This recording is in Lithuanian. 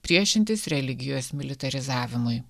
priešintis religijos militarizavimui